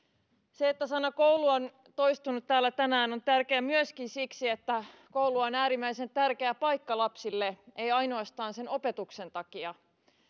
se että sana koulu on toistunut täällä tänään on tärkeää myöskin siksi että koulu on äärimmäisen tärkeä paikka lapsille ei ainoastaan sen opetuksen takia